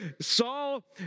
Saul